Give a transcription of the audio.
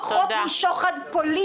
אנחנו התחלנו לדבר על ועדת הכנסת.